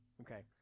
Okay